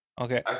Okay